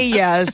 yes